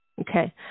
Okay